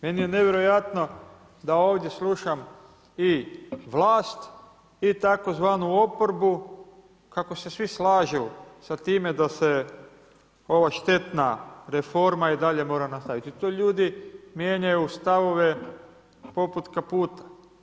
Meni je nevjerojatno da ovdje slušam i vlast i tzv. oporbu kako se svi slažu sa time da se ova štetna reforma i dalje mora nastaviti i to ljudi mijenjaju stavove poput kaputa.